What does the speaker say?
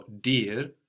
dear